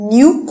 New